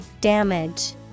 Damage